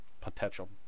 potential